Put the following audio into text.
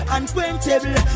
Unquenchable